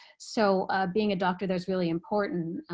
so being a doctor there is really important.